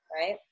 Right